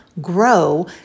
grow